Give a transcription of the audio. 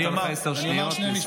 אני אתן לך עשר שניות ותסיים.